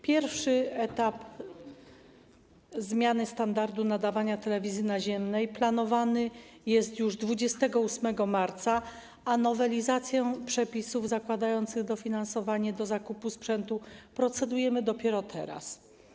Pierwszy etap zmiany standardu nadawania telewizji naziemnej planowany jest już 28 marca, a nad nowelizacją przepisów zakładających dofinansowanie zakupu sprzętu procedujemy dopiero teraz.